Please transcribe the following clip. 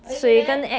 可以 meh